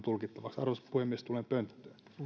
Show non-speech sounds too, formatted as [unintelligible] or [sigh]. [unintelligible] tulkittavaksi arvoisa puhemies tulen pönttöön